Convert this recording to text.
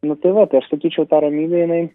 nu tai vat tai aš sakyčiau ta ramybė jinai